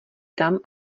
tam